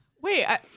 Wait